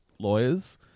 lawyers